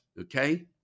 okay